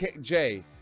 jay